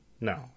No